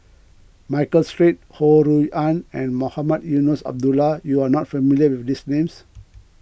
Michael Seet Ho Rui An and Mohamed Eunos Abdullah you are not familiar with these names